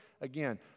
again